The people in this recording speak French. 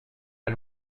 pas